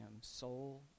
soul